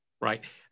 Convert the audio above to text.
Right